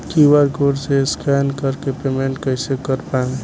QR code से scan कर के पेमेंट कइसे कर पाएम?